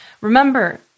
Remember